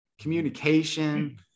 communication